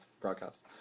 broadcast